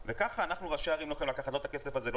ככה אנחנו ראשי הערים לא יכולים לקחת את הכסף הזה לא